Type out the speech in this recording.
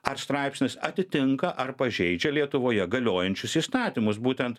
ar straipsnis atitinka ar pažeidžia lietuvoje galiojančius įstatymus būtent